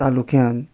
तालुक्यान